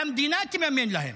המדינה תממן לכם.